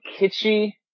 kitschy